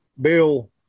Bill